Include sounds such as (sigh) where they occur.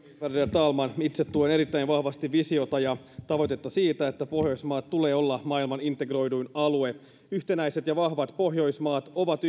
talman itse tuen erittäin vahvasti visiota ja tavoitetta siitä että pohjoismaiden tulee olla maailman integroiduin alue yhtenäiset ja vahvat pohjoismaat ovat (unintelligible)